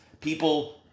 people